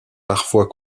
parfois